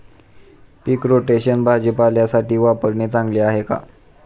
पीक rotation भाजीपाल्यासाठी वापरणे चांगले आहे का?